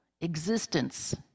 existence